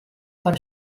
per